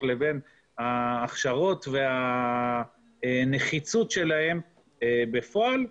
לבין ההכשרות והנחיצות שלהם בפועל,